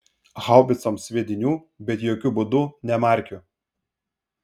haubicoms sviedinių bet jokiu būdu ne markių